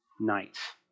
nights